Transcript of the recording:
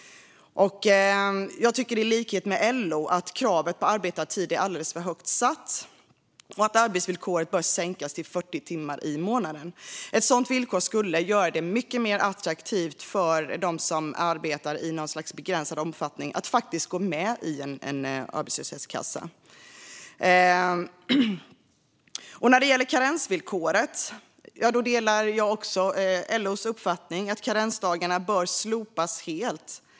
I likhet med LO tycker jag att kravet på arbetad tid är alldeles för högt satt och att arbetsvillkoret bör sänkas till 40 timmar i månaden. Ett sådant villkor skulle göra det mycket mer attraktivt för dem som arbetar i något slags begränsad omfattning att gå med i en arbetslöshetskassa. När det gäller karensvillkoret delar jag också LO:s uppfattning att karensdagarna bör slopas helt.